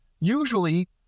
usually